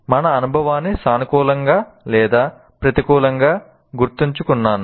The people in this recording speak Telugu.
నేను అనుభవాన్ని సానుకూలంగా లేదా ప్రతికూలంగా గుర్తుంచుకున్నాను